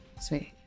Sweet